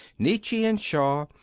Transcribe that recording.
nietzsche and shaw,